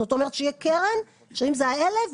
זאת אומרת שיהיה קרן שאם זה ה-1,000,